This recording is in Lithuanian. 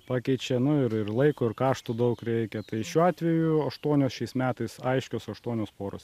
pakeičia nu ir ir laiko ir karštų daug reikia tai šiuo atveju aštuonios šiais metais aiškios aštuonios poros